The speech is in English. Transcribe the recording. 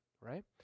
right